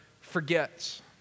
forgets